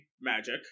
Magic